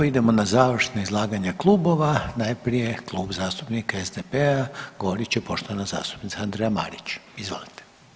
Idemo na završno izlaganje klubova, najprije Klub zastupnika SDP-a, govorit će poštovana zastupnica Andreja Marić, izvolite.